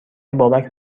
بابک